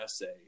essay